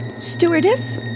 Stewardess